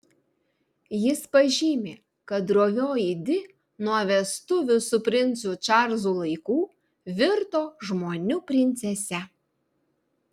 jis pažymi kad drovioji di nuo vestuvių su princu čarlzu laikų virto žmonių princese